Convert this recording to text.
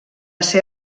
ser